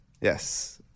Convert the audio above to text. Yes